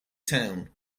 town